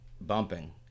bumping